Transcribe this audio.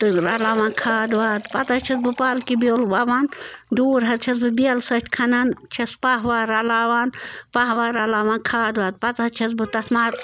تہٕ رَلاوان کھاد واد پتہٕ حظ چھَس بہٕ پالکہِ بیول وَوان ڈوٗر حظ چھَس بہٕ بیلہٕ سۭتۍ کھنان چھَس پَہہ وَہہ رَلاوان پَہہ وہہ رَلاوان کھاد واد پتہٕ حظ چھَس بہٕ تَتھ نہ